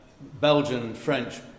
Belgian-French